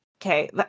okay